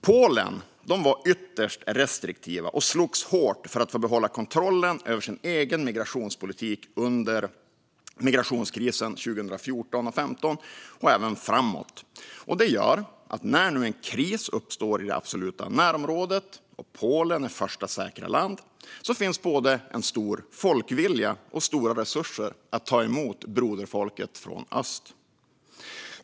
Polen var ytterst restriktiva och slogs hårt för att få behålla kontrollen över sin egen migrationspolitik under migrationskrisen 2014 och 2015 och framåt. När en kris nu uppstår i det absoluta närområdet och Polen är första säkra land finns det därför både stor folkvilja och stora resurser för att ta emot broderfolket från öst.